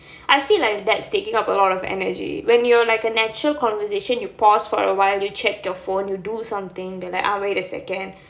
I feel like that's taking up a lot of energy when you're like in a natural conversation you pause for a while you check your phone you do something and be like ah wait a second